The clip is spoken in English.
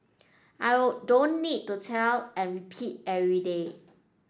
I would don't need to tell and repeat every day